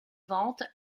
ventes